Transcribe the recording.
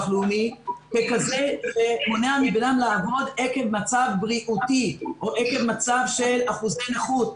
הלאומי ככזה שמונע מאדם לעבוד עקב מצב בריאותי או עקב מצב של אחוזי נכות.